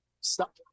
Stop